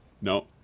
No